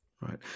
Right